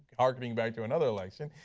harkening back to another election,